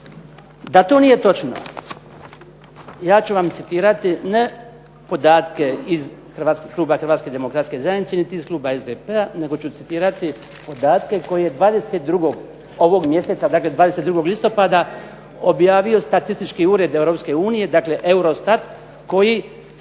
Da to nije točno, ja ću vam citirati ne podatke iz kluba HDZ-a niti iz kluba SDP-a nego ću citirati podatke koje je 22. listopada objavio Statistički ured EU dakle Eurostat, koji